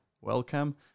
welcome